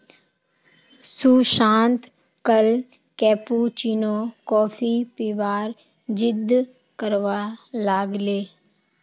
सुशांत कल cappuccino coffee पीबार जिद्द करवा लाग ले